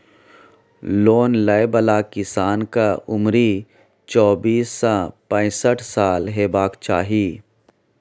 loan लय बला किसानक उमरि चौबीस सँ पैसठ साल हेबाक चाही